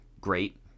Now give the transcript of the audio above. great